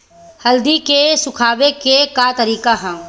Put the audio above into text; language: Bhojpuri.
हल्दी के सुखावे के का तरीका ह?